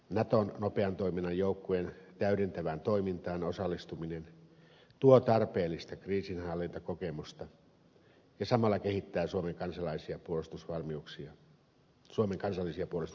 naton nopean toiminnan joukkojen täydentävään toimintaan osallistuminen tuo tarpeellista kriisinhallintakokemusta ja samalla kehittää suomen kansallisia puolustusvalmiuksia